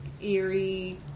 Eerie